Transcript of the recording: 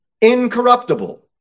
incorruptible